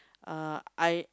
uh I